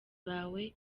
bawe